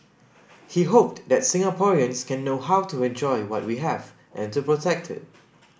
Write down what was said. he hoped that Singaporeans can know how to enjoy what we have and to protect it